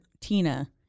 Tina